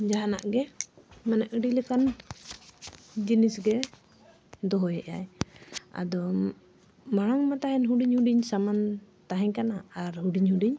ᱡᱟᱦᱟᱱᱟᱜ ᱜᱮ ᱢᱟᱱᱮ ᱟᱹᱰᱤ ᱞᱮᱠᱟᱱ ᱡᱤᱱᱤᱥ ᱜᱮ ᱫᱚᱦᱚᱭᱮᱫᱟᱭ ᱟᱫᱚ ᱢᱟᱲᱟᱝ ᱢᱟ ᱛᱟᱦᱮᱱ ᱦᱩᱰᱤᱧ ᱦᱩᱰᱤᱧ ᱥᱟᱢᱟᱱ ᱛᱟᱦᱮᱸ ᱠᱟᱱᱟ ᱟᱨ ᱦᱩᱰᱤᱧ ᱦᱩᱰᱤᱧ